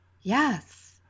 Yes